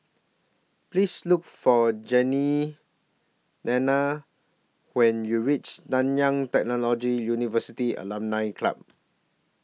Please Look For Jeannine when YOU REACH Nanyang Technological University Alumni Club